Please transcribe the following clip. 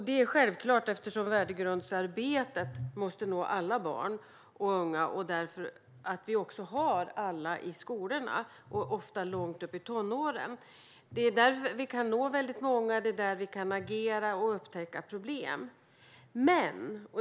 Detta är självklart eftersom värdegrundsarbetet måste nå alla barn och unga som vi också har i skolorna, ofta långt upp i tonåren. Det är där vi kan nå väldigt många, och det är där vi kan upptäcka problem och agera.